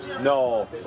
No